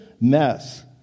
mess